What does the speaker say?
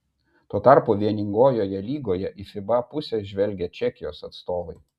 tuo tarpu vieningojoje lygoje į fiba pusę žvelgia čekijos atstovai